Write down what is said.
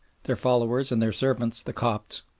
their followers and their servants the copts,